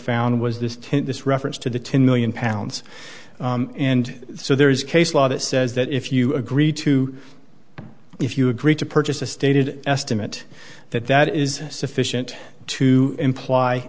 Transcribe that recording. found was this ten this reference to the ten million pounds and so there is case law that says that if you agree to if you agree to purchase a stated estimate that that is sufficient to imply